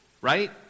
right